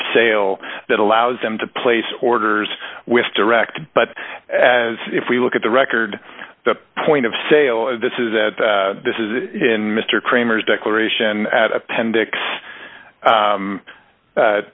of sale that allows them to place orders with direct but as if we look at the record the point of sale of this is that this is in mr cramer's declaration at appendix